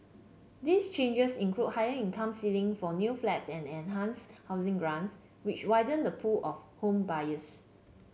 these changes include higher income ceiling for new flats and enhanced housing grants which widen the pool of home buyers